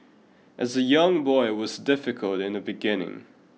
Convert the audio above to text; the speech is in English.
as a young boy was difficult in the beginning